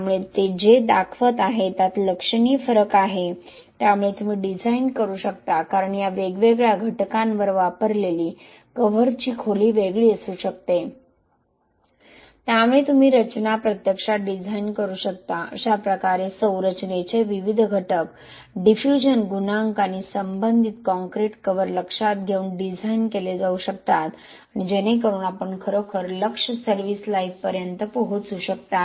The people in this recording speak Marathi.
त्यामुळे ते जे दाखवत आहे त्यात लक्षणीय फरक आहे त्यामुळे तुम्ही डिझाइन करू शकता कारण या वेगवेगळ्या घटकांवर वापरलेली कव्हरची खोली वेगळी असू शकते त्यामुळे तुम्ही रचना प्रत्यक्षात डिझाइन करू शकता अशा प्रकारे संरचनेचे विविध घटक डिफ्यूजन गुणांक आणि संबंधित काँक्रीट कव्हर लक्षात घेऊन डिझाइन केले जाऊ शकतात आणि जेणेकरून आपण खरोखर लक्ष्य सर्व्हीस लाईफपर्यंत पोहोचू शकता